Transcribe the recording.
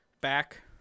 back